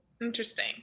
Interesting